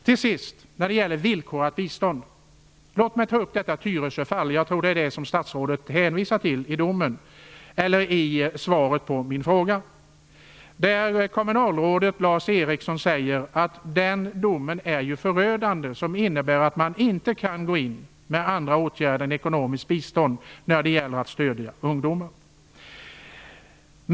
Till sist vill jag ta upp frågan om villkorat bistånd. Låt mig då ta upp Tyresöfallet - jag tror att det är det statsrådet hänvisar till i svaret på min interpellation. Ett kommunalråd där menar att den aktuella domen är förödande, eftersom den innebär att man inte kan gå in med några andra åtgärder än ekonomiskt bistånd när det gäller att stödja ungdomar.